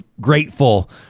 grateful